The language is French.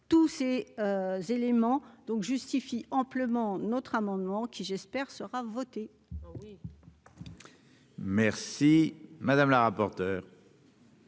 tous ces éléments donc justifie amplement notre amendement qui j'espère sera votée. Merci. Madame la rapporteure.